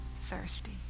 thirsty